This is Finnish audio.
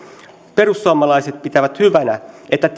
perussuomalaiset pitävät hyvänä että